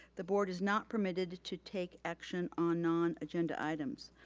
the board is not permitted to take action on non-agenda items.